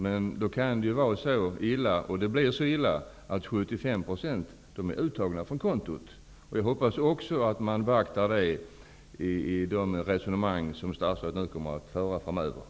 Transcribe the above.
Men då kan det vara så illa att 75 % av det intjänade beloppet redan har tagits ut från kontot. Jag hoppas att också detta beaktas i de resonemang som statsrådet framöver kommer att delta i.